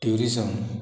tourism